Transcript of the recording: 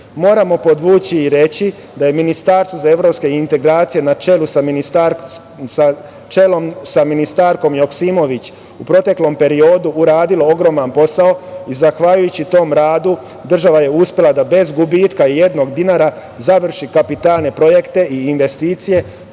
Moramo podvući i reći da je Ministarstvo za evropske integracije, na čelu sa ministarkom Joksimović, u proteklom periodu uradilo ogroman posao i zahvaljujući tom radu država je uspela da bez gubitka ijednog dinara završi kapitalne projekte i investicije